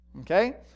Okay